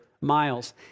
miles